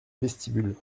vestibule